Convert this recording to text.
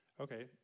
Okay